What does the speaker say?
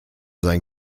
sein